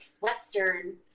Western